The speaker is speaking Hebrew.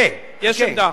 כן, כן.